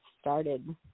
started